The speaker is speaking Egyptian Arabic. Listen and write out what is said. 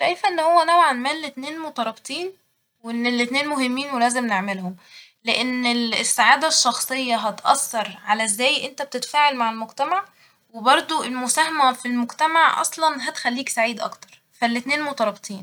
شايفه إن هو نوعا ما الاتنين مترابطين ، وإن الاتنين مهمين ولازم نعملهم ، لإن ال- السعادة الشخصية هتأثر على ازاي انت بتتفاعل مع المجتمع وبرضه المساهمة في المجتمع اصلا هتخليك سعيد أكتر ، فالاتنين مترابطين